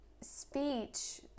speech